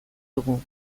dugu